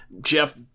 Jeff